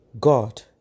God